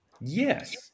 Yes